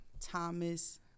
Thomas